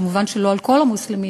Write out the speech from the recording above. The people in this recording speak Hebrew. מובן שלא על כל המוסלמים,